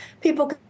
People